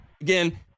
Again